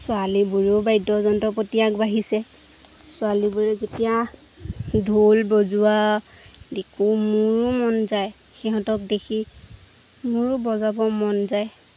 ছোৱালীবোৰেও বাদ্যযন্ত্ৰৰ প্ৰতি আগবাঢ়িছে ছোৱালীবোৰে যেতিয়া ঢোল বজোৱা দেখো মোৰো মন যায় সিহঁতক দেখি মোৰো বজাব মন যায়